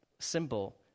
symbol